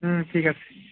ঠিক আছে